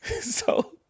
so-